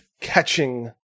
catching